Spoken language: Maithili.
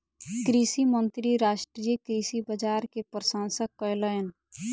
कृषि मंत्री राष्ट्रीय कृषि बाजार के प्रशंसा कयलैन